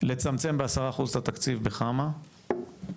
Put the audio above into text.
לצמצם ב-10 אחוז את התקציב בחמה ולהשאיר